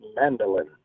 Mandolin